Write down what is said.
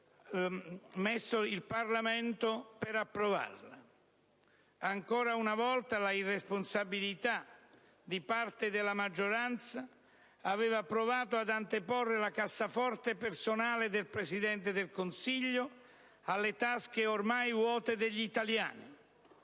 impiegato il Parlamento per approvarla. Ancora una volta l'irresponsabilità di parte della maggioranza aveva provato ad anteporre la cassaforte personale del Presidente del Consiglio alle tasche ormai vuote degli italiani,